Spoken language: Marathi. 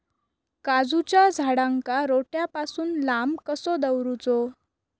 काजूच्या झाडांका रोट्या पासून लांब कसो दवरूचो?